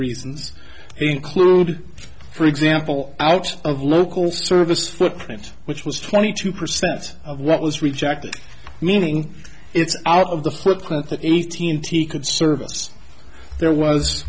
reasons include for example out of local service footprint which was twenty two percent of what was rejected meaning it's out of the footprint that eighteen t could service there was